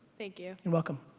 thank you. you're welcome.